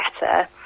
better